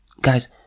guys